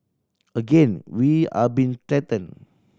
again we are being threatened